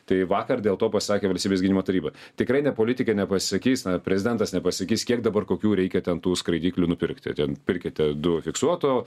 tai vakar dėl to pasakė valstybės gynimo taryba tikrai ne politikai nepasisakys na prezidentas nepasakys kiek dabar kokių reikia ten tų skraidyklių nupirkti ten pirkite du fiksuoto